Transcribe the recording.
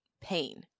pain